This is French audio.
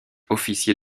officier